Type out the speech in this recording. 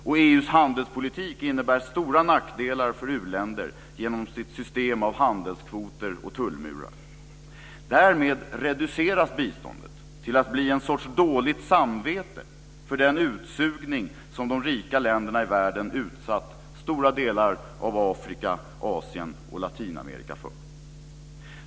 Och EU:s handelspolitik innebär stora nackdelar för u-länder genom sitt system av handelskvoter och tullmurar. Därmed reduceras biståndet till att bli en sorts dåligt samvete för den utsugning som de rika länderna i världen utsatt stora delar av Afrika, Asien och Latinamerika för.